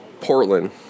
Portland